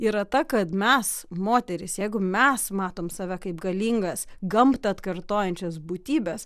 yra ta kad mes moterys jeigu mes matom save kaip galingas gamtą atkartojančias būtybes